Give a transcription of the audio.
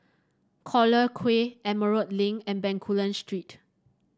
Collyer Quay Emerald Link and Bencoolen Street